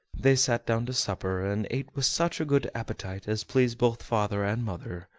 they sat down to supper, and ate with such a good appetite as pleased both father and mother,